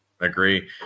Agree